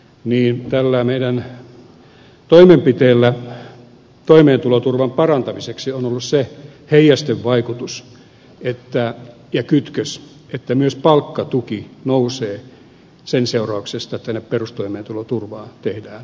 tällä meidän toimenpiteellämme toimeentuloturvan parantamiseksi on ollut se heijastevaikutus ja kytkös että myös palkkatuki nousee sen seurauksena että perustoimeentuloturvaan tehdään muutoksia